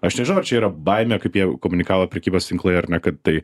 aš nežinau ar čia yra baimė kaip jie komunikavo prekybos tinklai ar ne kad tai